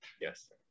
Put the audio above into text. Yes